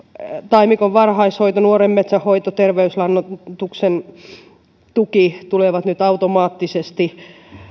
taimikon varhaishoito nuoren metsän hoito terveyslannoituksen tuki tulevat nyt automaattisesti